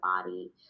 body